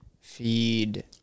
feed